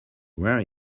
wear